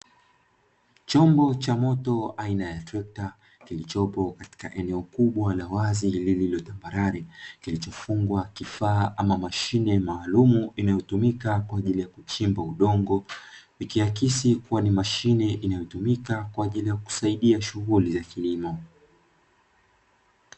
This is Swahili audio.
Chombo cha moto aina ya trekta kilichopo katika eneo kubwa la wazi lile neno tambarare njaro, kilichofungwa kifaa ama mashine maalum inayotumika kwenye lile kuchimba udongo ni ikiakisi kuwa ni mashine inayotumika kwa ajili ya kukusaidia shughuli za kilima.